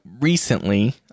recently